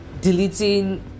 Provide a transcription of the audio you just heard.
deleting